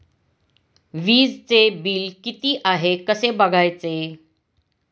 वीजचे बिल किती आहे कसे बघायचे?